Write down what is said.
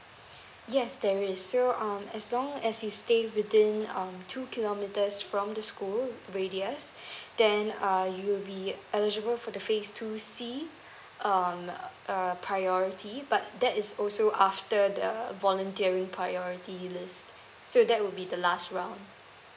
yes there is so um as long as you stayed within um two kilometers from the school radius then uh you will be eligible for the phase two c um err priority but that is also after the volunteering priority list so that will be the last round